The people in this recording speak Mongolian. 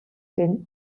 гэнэ